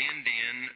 Indian